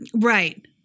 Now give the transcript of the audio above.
Right